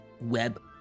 web